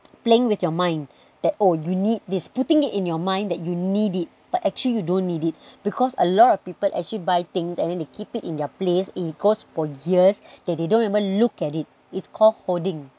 playing with your mind that oh you need this putting it in your mind that you need it but actually you don't need it because a lot of people actually buy things and then they keep it in their place it goes for years they didn't even look at it it's called hoarding